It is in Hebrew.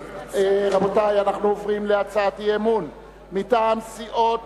רבותי, אנחנו עוברים להצעת אי-אמון מטעם סיעות